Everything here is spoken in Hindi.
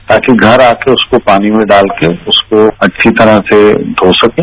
ताकि घर आकर उसको पानी में डालकर उसको अच्छी तरह से धो सकें